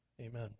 Amen